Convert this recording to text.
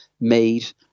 made